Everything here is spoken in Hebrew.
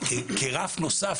כרף נוסף,